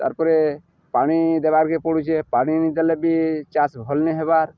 ତା'ର୍ ପରେ ପାଣି ଦେବାର୍କେ ପଡ଼ୁଛେ ପାଣି ଦେଲେ ବି ଚାଷ ଭଲ୍ ନେ ହେବାର୍